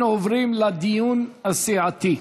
אנחנו עוברים לדיון הסיעתי.